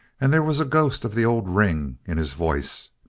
and there was a ghost of the old ring in his voice,